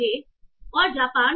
j और Japan